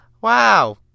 Wow